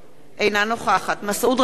אינה נוכחת מסעוד גנאים,